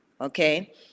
okay